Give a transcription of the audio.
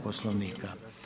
Poslovnika.